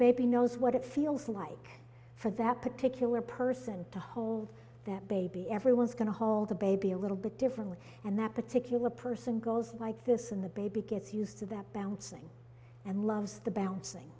baby knows what it feels like for that particular person to hold that baby everyone's going to hold the baby a little bit differently and that particular person goes like this and the baby gets used to that bouncing and loves the bouncing